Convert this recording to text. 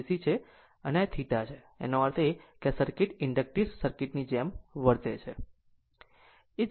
અને આ θ છે આમ તેનો અર્થ એ કે આ સર્કિટ ઇન્ડકટીવ પ્રકારની જેમ વર્તે છે